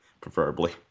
Preferably